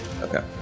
Okay